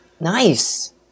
Nice